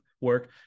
work